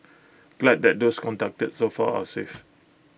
glad that those contacted so far are safe